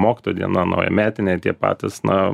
mokytojo diena naujametiniai tie patys na